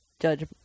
judge